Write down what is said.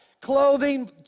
Clothing